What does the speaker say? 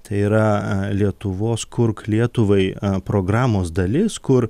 tai yra lietuvos kurk lietuvai programos dalis kur